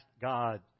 God